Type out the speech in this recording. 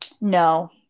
No